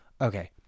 okay